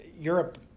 Europe